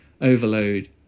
overload